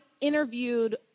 interviewed